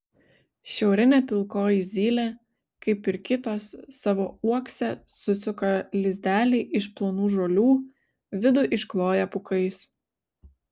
šiaurinė pilkoji zylė kaip ir kitos savo uokse susuka lizdelį iš plonų žolių vidų iškloja pūkais